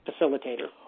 facilitator